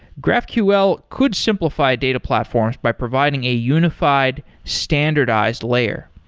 graphql could simplify data platforms by providing a unified standardized layer.